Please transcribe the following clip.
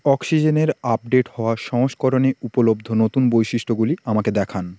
অক্সিজেনের আপডেট হওয়া সংস্করণে উপলব্ধ নতুন বৈশিষ্ট্যগুলি আমাকে দেখান